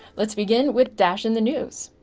let's begin with dash in the news.